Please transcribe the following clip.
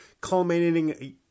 culminating